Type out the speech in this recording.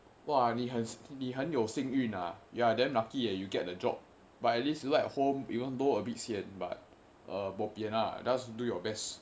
哇你很很有幸运 you are damn lucky eh you get a job but atleast you work at home eventhough abit sian but uh bobian ah just do your best